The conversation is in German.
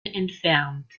entfernt